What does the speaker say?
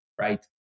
right